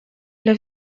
для